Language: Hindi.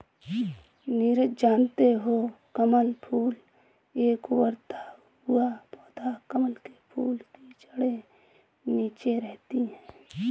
नीरज जानते हो कमल फूल एक उभरता हुआ पौधा है कमल के फूल की जड़े नीचे रहती है